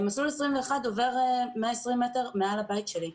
מסלול 21 עובר 120 מטר מעל הבית שלי.